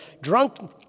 drunk